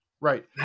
Right